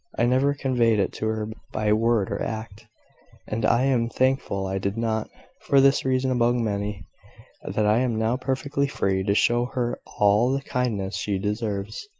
i never conveyed it to her by word or act and i am thankful i did not for this reason among many that i am now perfectly free to show her all the kindness she deserves,